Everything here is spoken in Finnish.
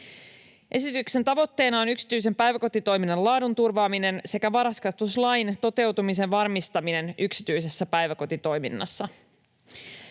Esityksen tavoitteena on yksityisen päiväkotitoiminnan laadun turvaaminen sekä varhaiskasvatuslain toteutumisen varmistaminen yksityisessä päiväkotitoiminnassa.